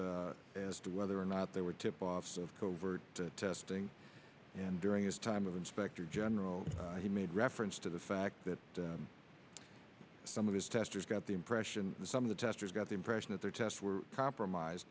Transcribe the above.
concerns as to whether or not there were tip offs of covert testing and during his time of inspector general he made reference to the fact that some of his testers got the impression some of the testers got the impression that their tests were compromise